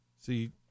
See